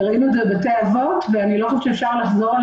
ראינו את זה בבתי אבות ואני לא חושבת שאפשר לחזור על